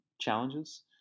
challenges